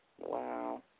Wow